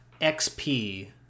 XP